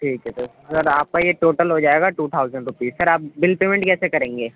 ٹھیک ہے سر تو سر آپ کا یہ ٹوٹل ہو جائے گا ٹو تھاؤزنڈ روپیز سر آپ بل پیمنٹ کیسے کریں گے